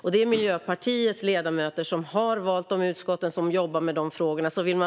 Och det är Miljöpartiets ledamöter som har valt de utskotten och som jobbar med de frågorna.